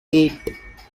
eight